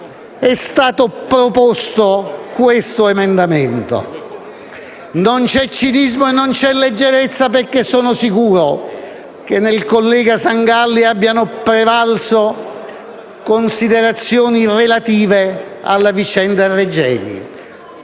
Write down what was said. è stato proposto questo emendamento. Non c'è cinismo e non c'è leggerezza, perché sono sicuro che nel collega Sangalli siano prevalse considerazioni relative alla vicenda Regeni